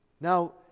Now